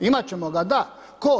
Imat ćemo ga da, tko?